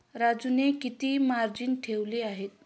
राजूने किती मार्जिन ठेवले आहे?